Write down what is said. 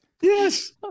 Yes